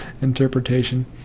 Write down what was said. interpretation